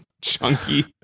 chunky